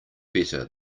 better